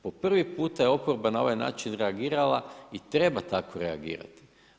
Po prvi puta je oporba na ovaj način reagirala i treba tako reagirat.